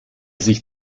sich